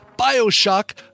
Bioshock